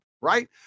right